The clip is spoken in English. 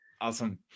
Awesome